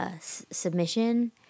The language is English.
submission